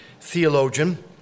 theologian